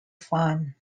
fun